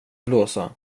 blåsa